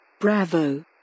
Bravo